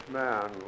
man